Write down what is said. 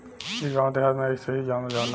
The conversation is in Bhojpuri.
इ गांव देहात में अइसही जाम जाला